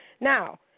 Now